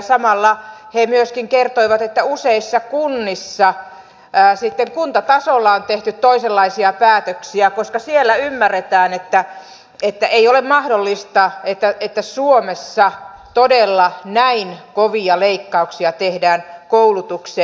samalla he myöskin kertoivat että useissa kunnissa kuntatasolla on tehty toisenlaisia päätöksiä koska siellä ymmärretään että ei ole mahdollista että suomessa todella näin kovia leikkauksia tehdään koulutukseen